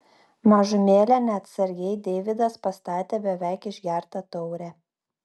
mažumėlę neatsargiai deividas pastatė beveik išgertą taurę